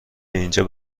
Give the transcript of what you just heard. اینجا